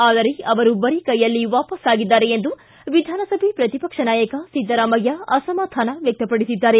ಆದರೆ ಅವರು ಬರಿ ಕೈಯಲ್ಲಿ ವಾಪಸ್ ಆಗಿದ್ದಾರೆ ಎಂದು ವಿಧಾನಸಭೆ ಪ್ರತಿಪಕ್ಷ ನಾಯಕ ಸಿದ್ದರಾಮಯ್ಯ ಅಸಮಾಧಾನ ವ್ಯಕ್ತಪಡಿಸಿದ್ದಾರೆ